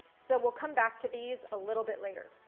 so we'll come back to these a little bit later.